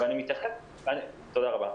תודה רבה.